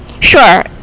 Sure